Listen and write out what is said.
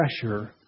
pressure